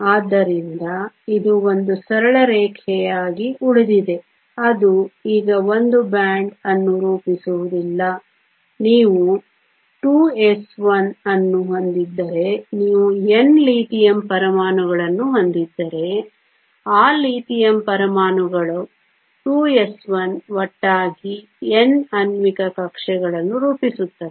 ಆದ್ದರಿಂದ ಇದು ಒಂದು ಸರಳ ರೇಖೆಯಾಗಿ ಉಳಿದಿದೆ ಅದು ಈಗ ಒಂದು ಬ್ಯಾಂಡ್ ಅನ್ನು ರೂಪಿಸುವುದಿಲ್ಲ ನೀವು 2s1 ಅನ್ನು ಹೊಂದಿದ್ದರೆ ನೀವು N ಲಿಥಿಯಂ ಪರಮಾಣುಗಳನ್ನು ಹೊಂದಿದ್ದರೆ ಆ ಲಿಥಿಯಂ ಪರಮಾಣುಗಳ 2s1 ಒಟ್ಟಾಗಿ N ಆಣ್ವಿಕ ಕಕ್ಷೆಗಳನ್ನು ರೂಪಿಸುತ್ತದೆ